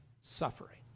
suffering